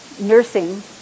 nursing